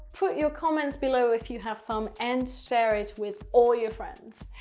put your comments below if you have some, and share it with all your friends.